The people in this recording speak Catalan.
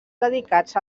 dedicats